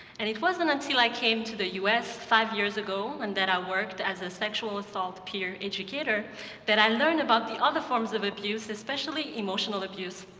and it wasn't until i came to the us five years ago and that i worked as a sexual-assault peer educator that i learned about the other forms of abuse, especially emotional abuse.